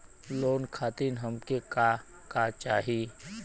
Loan खातीर हमके का का चाही?